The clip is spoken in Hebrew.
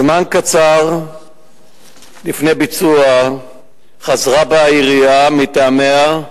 זמן קצר לפני הביצוע חזרה בה העירייה מטעמיה,